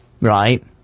right